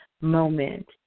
moment